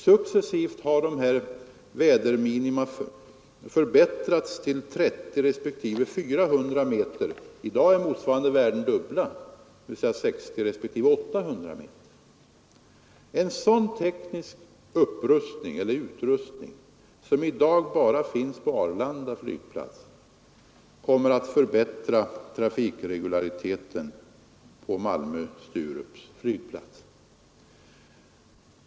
Successivt har väderminima förbättrats till 30 respektive 400 meter. I dag är motsvarande värden de dubbla, dvs. 60 respektive 800 meter. En sådan teknisk upprustning, som i dag bara finns på Arlanda flygplats, kommer att förbättra trafikregulariteten på Malmö/Sturups flygplats.